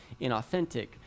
inauthentic